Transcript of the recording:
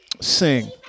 Sing